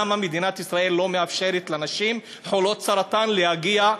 למה מדינת ישראל לא מאפשרת לנשים חולות סרטן להגיע,